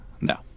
No